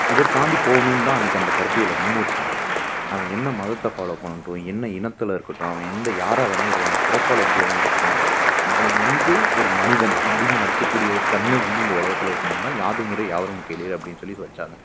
இதை தாண்டி போகணுந்தான் அன்னைக்கு அந்த கருத்தியலை முன் வச்சாங்க அவன் என்ன மதத்தை ஃபாலோ பண்ணட்டும் என்ன இனத்தில் இருக்கட்டும் அவன் எந்த யாராக வேணால் பிறப்பால் எப்படி வேணாலிருக்கட்டும் அவன் வந்து ஒரு மனிதன் அப்படின்னு மதிக்கக்கூடிய ஒரு தன்மை வந்து இந்த உலகத்துல இருக்கணும்னு தான் யாதும் ஊரே யாவரும் கேளீர் அப்படின்னு சொல்லி வச்சாங்க